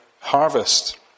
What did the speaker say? harvest